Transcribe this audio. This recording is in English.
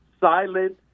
silent